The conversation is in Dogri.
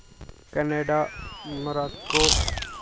Canada Morocco